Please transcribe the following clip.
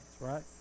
Right